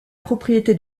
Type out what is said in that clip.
propriété